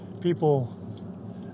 people